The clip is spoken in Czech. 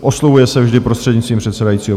Oslovuje se vždy prostřednictvím předsedajícího.